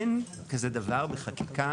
אין כזה דבר בחקיקה,